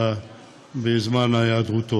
בעד ההיעדרות.